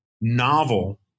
novel